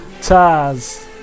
Taz